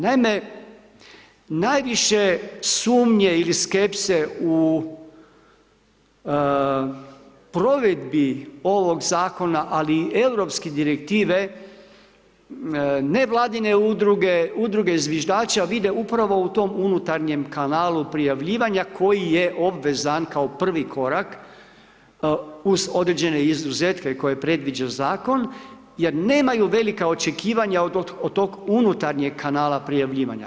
Naime, najviše sumnje ili skepse u provedbi ovog Zakona, ali i Europske direktive, Nevladine udruge, Udruge zviždača, vide upravo u tom unutarnjem kanalu prijavljivanja koji je obvezan kao prvi korak uz određene izuzetke koje predviđa Zakon jer nemaju velika očekivanja od tog unutarnjeg kanala prijavljivanja.